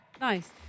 Nice